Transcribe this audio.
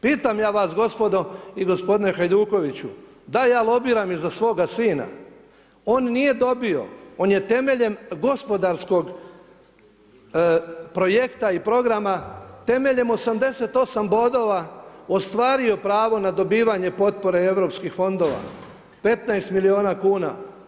Pitam ja vas gospodo i gospodine Hajdukoviću, da ja lobiram i za svoga sina, on nije dobio, on je temeljem gospodarskog projekta i programa, temeljem 88 bodova ostvario pravo na dobivanje potpore europskih fondova 15 milijuna kuna.